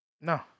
No